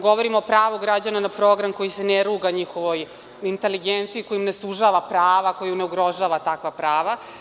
Govorimo o pravu građanina na program koji se ne ruga njihovoj inteligenciji koja im ne sužava prava, koji ne ugrožava takva prava.